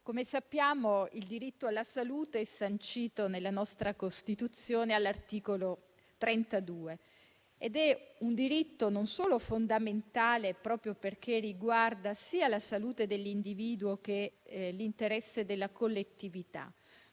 come sappiamo, il diritto alla salute è sancito nella nostra Costituzione all'articolo 32 ed è un diritto fondamentale, non solo perché riguarda sia la salute dell'individuo che l'interesse della collettività,